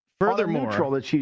Furthermore